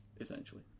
essentially